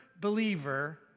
believer